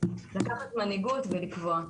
לקחת מנהיגות ולקבוע.